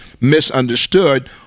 misunderstood